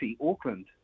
Auckland